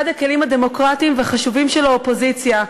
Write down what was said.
אחד הכלים הדמוקרטיים והחשובים של האופוזיציה,